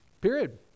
Period